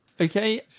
Okay